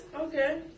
Okay